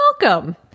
welcome